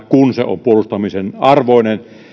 kun se on puolustamisen arvoinen